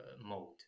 mode